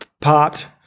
Popped